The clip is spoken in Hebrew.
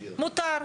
מותר.